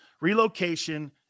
relocation